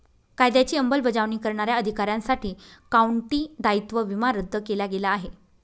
कायद्याची अंमलबजावणी करणाऱ्या अधिकाऱ्यांसाठी काउंटी दायित्व विमा रद्द केला गेला आहे